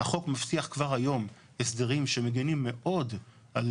החוק מבטיח כבר היום הסדרים שמגנים מאוד על